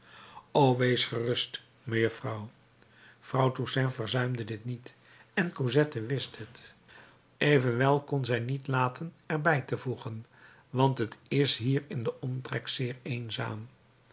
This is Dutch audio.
o wees gerust mejuffrouw vrouw toussaint verzuimde dit niet en cosette wist het evenwel kon zij t niet laten er bij te voegen want het is hier in den omtrek zeer eenzaam